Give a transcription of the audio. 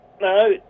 no